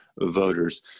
voters